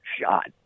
shot